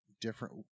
different